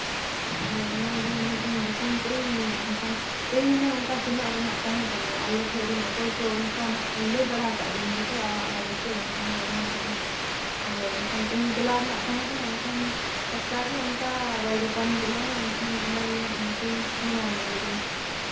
ᱦᱳᱭ ᱚᱱᱟᱜᱮ ᱢᱮᱱᱮᱫ ᱟᱹᱧ ᱵᱩᱠᱤᱝ ᱠᱟᱜ ᱟᱹᱧ ᱮᱱᱠᱷᱟᱱ ᱛᱮᱦᱤᱧ ᱦᱩᱱᱟᱹᱝ ᱚᱱᱠᱟ ᱥᱮᱱᱚᱜ ᱨᱮᱱᱟᱜ ᱛᱟᱦᱮᱸ ᱠᱟᱱᱟ ᱟᱞᱮ ᱴᱷᱮᱱ ᱨᱮᱱ ᱚᱠᱚᱭ ᱠᱚ ᱚᱱᱠᱟ ᱱᱟᱦᱟᱸᱜ ᱞᱟᱹᱭ ᱵᱟᱲᱟ ᱟᱠᱟᱫᱤᱧ ᱫᱚᱠᱚ ᱟᱢᱟᱜ ᱵᱟᱨᱮᱛᱮ ᱮᱱᱠᱷᱟᱱ ᱫᱚ ᱚᱱᱟᱜᱮ ᱦᱟᱸᱜ ᱦᱳᱭ ᱮᱱᱠᱷᱟᱱ ᱛᱮᱦᱤᱧ ᱪᱟᱞᱟᱣ ᱨᱮᱱᱟᱜ ᱛᱟᱦᱮᱸ ᱠᱟᱱᱟ ᱮᱱᱠᱷᱟᱱ ᱴᱟᱴᱠᱟ ᱜᱮ ᱚᱱᱠᱟ ᱵᱟᱭ ᱜᱟᱯᱟᱱ ᱜᱚᱫ ᱞᱮᱱᱟᱭ ᱮᱱᱠᱷᱟᱱ ᱚᱱᱟᱜᱤᱧ ᱢᱮᱱᱮᱫᱼᱟ ᱦᱟᱯᱤᱧ ᱯᱷᱳᱱ ᱟᱢ ᱞᱮᱜᱮ